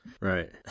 Right